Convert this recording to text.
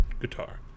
guitar